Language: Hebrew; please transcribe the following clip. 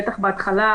בטח בהתחלה,